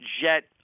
jet